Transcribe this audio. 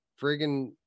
friggin